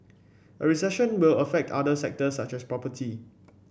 a recession will affect other sectors such as property